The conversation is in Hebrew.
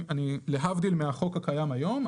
להבדיל מהחוק הקיים היום,